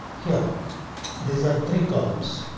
yeah these are three columns,